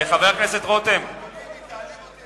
אם היא תעליב אותי, אני אבקש לענות.